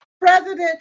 president